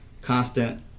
constant